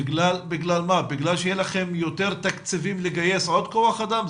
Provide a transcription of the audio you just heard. בגלל שיהיו לכם יותר תקציבים לגייס עוד כוח אדם?